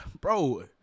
bro